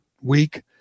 week